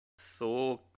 Thor